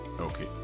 Okay